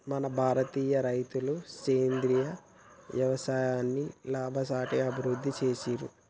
మన భారతీయ రైతులు సేంద్రీయ యవసాయాన్ని లాభసాటిగా అభివృద్ధి చేసిర్రు